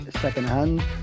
secondhand